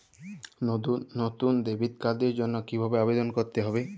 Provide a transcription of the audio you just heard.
নতুন ডেবিট কার্ডের জন্য কীভাবে আবেদন করতে হবে?